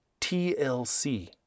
TLC